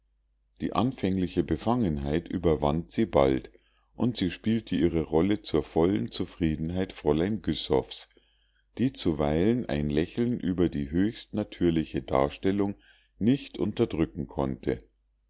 die anfängliche befangenheit überwand sie bald und sie spielte ihre rolle zur vollen zufriedenheit fräulein güssows die zuweilen ein lächeln über die höchst natürliche darstellung nicht unterdrücken konnte